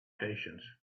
patience